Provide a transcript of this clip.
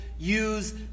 use